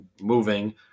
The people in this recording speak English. moving –